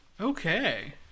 Okay